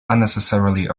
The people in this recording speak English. unnecessarily